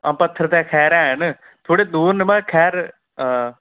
हां पत्थर तां खैर हैन थोह्ड़े दूर न पर खैर